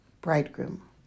bridegroom